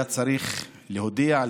היה צריך להודיע,